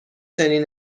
چنین